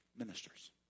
ministers